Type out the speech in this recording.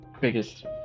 biggest